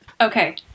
okay